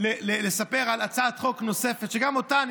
לספר על הצעת חוק נוספת שגם אותה אני